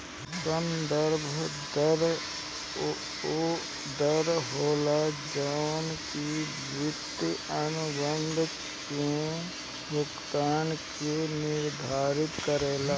संदर्भ दर उ दर होला जवन की वित्तीय अनुबंध में भुगतान के निर्धारित करेला